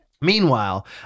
Meanwhile